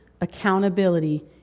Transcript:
accountability